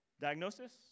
diagnosis